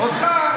אותך,